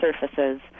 surfaces